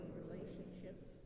relationships